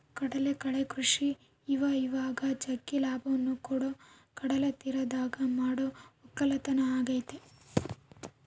ಕಡಲಕಳೆ ಕೃಷಿ ಇವಇವಾಗ ಜಗ್ಗಿ ಲಾಭವನ್ನ ಕೊಡೊ ಕಡಲತೀರದಗ ಮಾಡೊ ವಕ್ಕಲತನ ಆಗೆತೆ